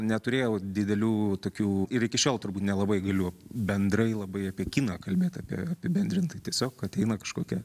neturėjau didelių tokių ir iki šiol turbūt nelabai galiu bendrai labai apie kiną kalbėt apie apibendrintai tiesiog ateina kažkokia